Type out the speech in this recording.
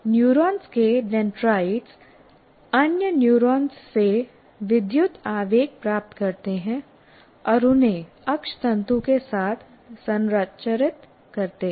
neurons के dendrite अन्य neurons से विद्युत आवेग प्राप्त करते हैं और उन्हें अक्षतंतु के साथ संचारित करते हैं